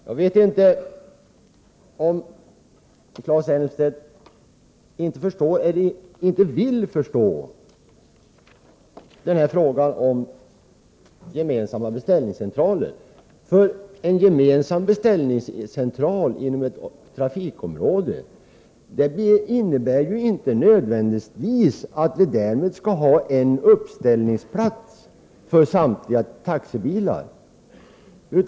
Herr talman! Jag vet inte om Claes Elmstedt inte förstår eller inte vill förstå frågan om gemensamma beställningscentraler. Att man har en gemensam beställningscentral inom ett trafikområde innebär inte nödvändigtvis att man därmed skall ha en uppställningsplats för samtliga taxibilar.